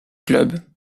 club